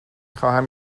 خواهم